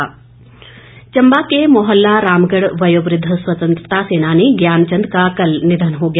शोक व्यक्त चंबा के मोहल्ला रामगढ़ वयोवुद्ध स्वतंत्रता सैनानी ज्ञान चंद का कल निधन हो गया